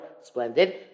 splendid